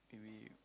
it'll be